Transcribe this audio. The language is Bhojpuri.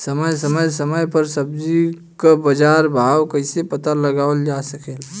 समय समय समय पर सब्जी क बाजार भाव कइसे पता लगावल जा सकेला?